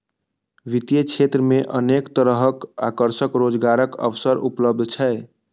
वित्तीय क्षेत्र मे अनेक तरहक आकर्षक रोजगारक अवसर उपलब्ध छै